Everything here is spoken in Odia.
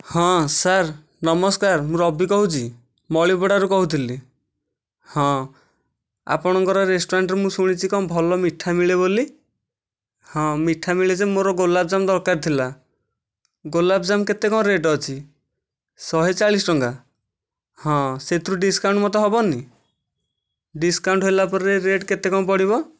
ହଁ ସାର୍ ନମସ୍କାର ମୁଁ ରବି କହୁଛି ମଳିପଡ଼ାରୁ କହୁଥିଲି ହଁ ଆପଣଙ୍କର ରେଷ୍ଟୁରାଣ୍ଟ୍ରେ ମୁଁ ଶୁଣିଛି କଣ' ଭଲ ମିଠା ମିଳେ ବୋଲି ହଁ ମିଠା ମିଳେ ଯେ ମୋର ଗୋଲାବ୍ଜାମୁନ୍ ଦରକାର ଥିଲା ଗୋଲାବ୍ଜାମୁନ୍ କେତେ କ'ଣ ରେଟ୍ ଅଛି ଶହେ ଚାଳିଶ ଟଙ୍କା ହଁ ସେଥିରୁ ଡ଼ିସ୍କାଉଣ୍ଟ୍ ମୋତେ ହେବନି ଡ଼ିସ୍କାଉଣ୍ଟ୍ ହେଲା ପରେ ରେଟ୍ କେତେ କ'ଣ ପଡ଼ିବ